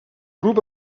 grup